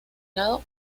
lado